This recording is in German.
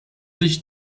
sich